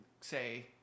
say